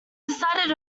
decided